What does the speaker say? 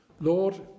Lord